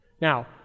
Now